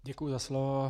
Děkuji za slovo.